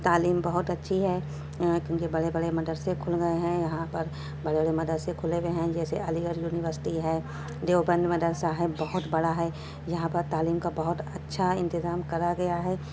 تعلیم بہت اچھی ہے یہاں کیوں کہ بڑے بڑے مدرسے کھل گئے ہیں یہاں پر بڑے بڑے مدرسے کھلے گئے ہیں جسے علی گڑھ یونیورسٹی ہے دیوبند مدرسہ ہے بہت بڑا ہے یہاں پر تعلیم کا بہت اچھا انتظام کرا گیا ہے